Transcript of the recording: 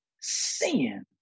sin